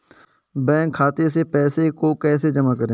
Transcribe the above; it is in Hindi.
बैंक खाते से पैसे को कैसे जमा करें?